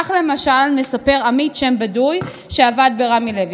כך למשל מספר עמית, שם בדוי, שעבד ברמי לוי: